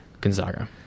gonzaga